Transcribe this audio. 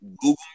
Google